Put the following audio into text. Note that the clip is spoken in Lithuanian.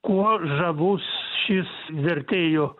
kuo žavus šis vertėjo